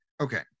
Okay